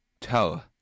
Tell